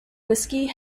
whisky